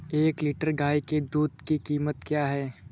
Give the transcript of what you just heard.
एक लीटर गाय के दूध की कीमत क्या है?